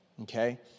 Okay